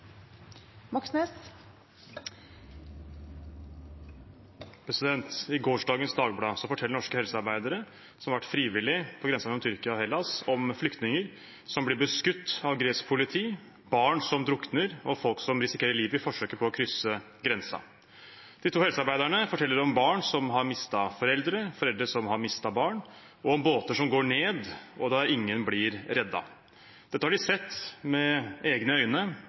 I Dagbladet for i går forteller norske helsearbeidere som har vært frivillige på grensen mellom Tyrkia og Hellas, om flyktninger som blir beskutt av gresk politi, om barn som drukner, og om folk som risikerer livet i forsøket på å krysse grensen. De to helsearbeiderne forteller om barn som har mistet foreldre, foreldre som har mistet barn, og om båter som går ned, der ingen blir reddet. Dette har de sett med egne øyne